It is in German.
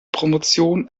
promotion